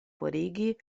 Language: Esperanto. forigi